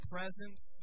Presence